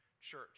church